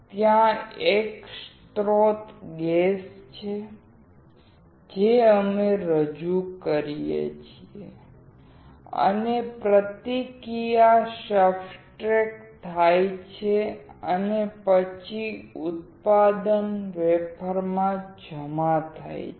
ત્યાં એક સ્રોત ગેસ છે જે અમે રજૂ કરીએ છીએ અને પ્રતિક્રિયા સબસ્ટ્રેટ પર થાય છે અને પછી ઉત્પાદન વેફર પર જમા થાય છે